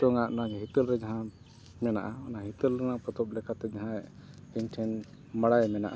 ᱱᱤᱛᱚᱜᱼᱟ ᱱᱚᱣᱟᱜᱮ ᱦᱤᱛᱟᱹᱞ ᱨᱮ ᱡᱟᱦᱟᱸ ᱢᱮᱱᱟᱜᱼᱟ ᱚᱱᱟ ᱦᱤᱛᱟᱹᱞ ᱨᱮᱱᱟᱜ ᱯᱚᱛᱚᱵ ᱞᱮᱠᱟᱛᱮ ᱡᱟᱦᱟᱸ ᱤᱧ ᱴᱷᱮᱱ ᱵᱟᱲᱟᱭ ᱢᱮᱱᱟᱜᱼᱟ